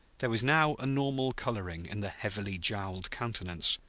there was now a normal coloring in the heavily jowled countenance,